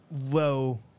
low